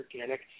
organic